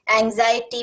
anxiety